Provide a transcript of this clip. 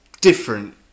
different